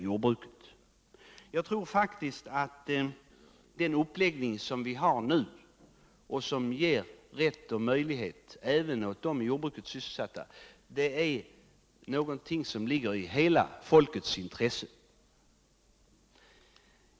Jag tror i stället att den uppläggning vi nu har, med rättigheter och möjligheter även för dem inom jordbruket sysselsatta, är någonting som ligger i hela folkets intresse.